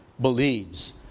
Believes